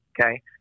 okay